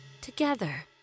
together